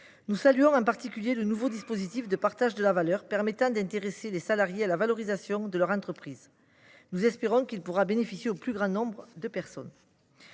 Nous saluons en particulier le nouveau dispositif de partage de la valeur permettant d’intéresser les salariés à la valorisation de leur entreprise. Nous espérons qu’il pourra bénéficier au plus grand nombre d’entre